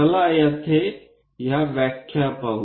चला येथे ही व्याख्या पाहू